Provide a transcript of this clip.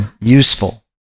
useful